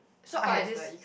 so I had this